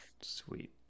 sweet